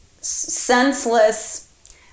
senseless